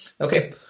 Okay